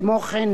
כמו כן,